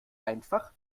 einfach